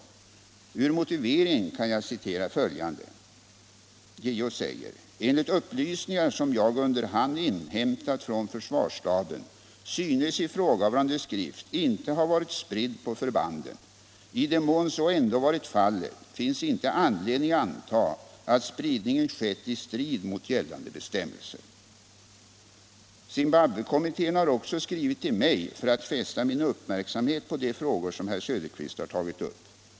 Ur JO:s motivering kan jag citera följande: ”Enligt upplysningar som jag under hand inhämtat från försvarsstaben synes ifrågavarande skrift inte ha varit spridd på förbanden. I den mån så ändå varit fallet finns inte anledning antaga att spridningen skett i strid mot gällande bestämmelser.” Zimbabwekommittén har också skrivit till mig för att fästa min uppmärksamhet på de frågor som herr Söderqvist har tagit upp.